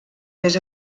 més